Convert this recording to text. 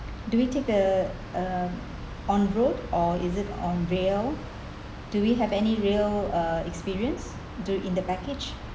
do we take the uh on road or is it on rail do we have any rail uh experience do in the package